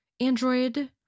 Android